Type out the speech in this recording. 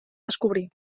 descobrir